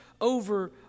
over